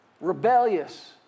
Rebellious